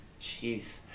Jeez